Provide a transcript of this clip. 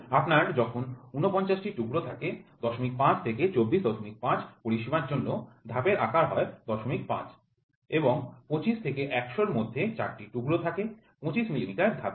আপনার যখন ৪৯ টুকরো থাকে ০৫ থেকে ২৪৫ পরিসীমার জন্য ধাপের আকার হয় ০৫ এবং ২৫ থেকে ১০০ এরমধ্যে চারটি টুকরো থাকে ২৫ মিলিমিটার ধাপের